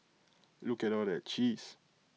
look at all that cheese